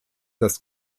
das